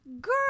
Girl